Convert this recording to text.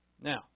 Now